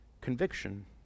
conviction